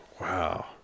Wow